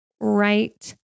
right